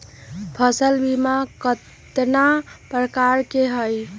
फसल बीमा कतना प्रकार के हई?